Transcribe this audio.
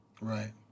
Right